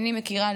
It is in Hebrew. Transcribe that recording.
איני מכירה,